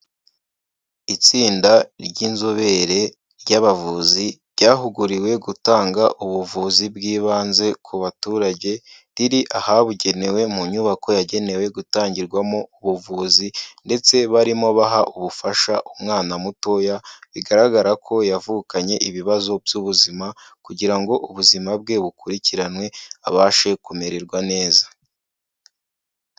Itsinda ry'inzobere ry'abavuzi ryahuguriwe gutanga ubuvuzi bw'ibanze ku baturage, riri ahabugenewe mu nyubako yagenewe gutangirwamo ubuvuzi ndetse barimo baha ubufasha umwana mutoya, bigaragara ko yavukanye ibibazo by'ubuzima kugira ngo ubuzima bwe bukurikiranwe abashe kumererwa neza.